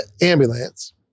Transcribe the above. ambulance